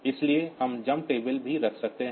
इसलिए हम jump table भी रख सकते हैं